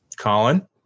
Colin